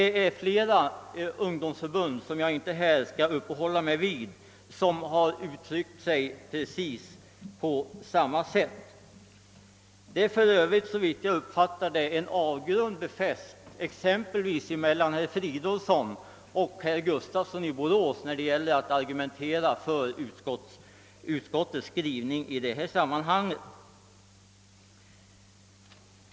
Flera ungdomsförbund, som jag inte här skall uppehålla mig vid, har uttryckt sig precis på samma sätt. Det är för Övrigt, som jag uppfattar det, en avgrund mellan exempelvis herr Fridolfssons och herr Gustafssons i Borås sätt att argumentera för utskottets skrivning i det här sammanhanget.